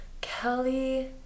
Kelly